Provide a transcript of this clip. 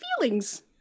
feelings